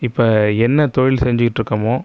இப்போ என்ன தொழில் செஞ்சுக்கிட்டு இருக்கோமோ